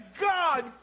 God